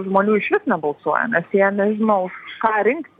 žmonių išvis nebalsuoja nes jie nežino už ką rinkti